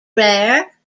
rare